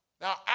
Now